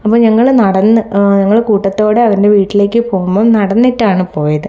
അപ്പോൾ ഞങ്ങൾ നടന്ന് ഞങ്ങൾ കൂട്ടത്തോടെ അവൻ്റെ വീട്ടിലേക്ക് പോകുമ്പോൾ നടന്നിട്ടാണ് പോയത്